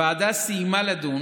הוועדה סיימה לדון